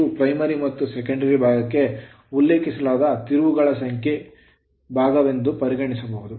primary ಪ್ರಾಥಮಿಕ ಮತ್ತು secondary ದ್ವಿತೀಯ ಭಾಗಕ್ಕೆ ಉಲ್ಲೇಖಿಸಲಾದ ತಿರುವುಗಳ ಸಂಖ್ಯೆ ಭಾಗವೆಂದು ಪರಿಗಣಿಸಬಹುದು